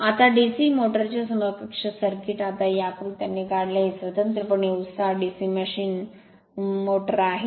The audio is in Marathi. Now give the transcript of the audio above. आता डीसी मोटर चे समकक्ष सर्किट आता या आकृत्याने काढले आहे ही स्वतंत्रपणे उत्साही डीसी मशीन DC मोटर आहे